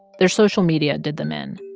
their social media did them in.